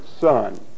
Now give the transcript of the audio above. son